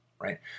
Right